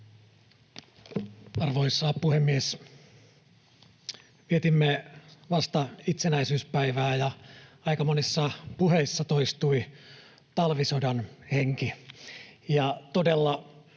Arvoisa puhemies! Vietimme vasta itsenäisyyspäivää, ja aika monissa puheissa toistui talvisodan henki.